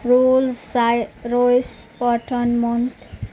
rules Royce پٹھن مت